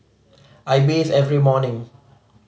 I bathe every morning